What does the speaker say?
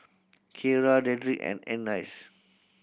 Kyara Dedric and Annice